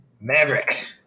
Maverick